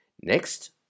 Next